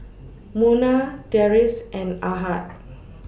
Munah Deris and Ahad